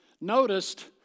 noticed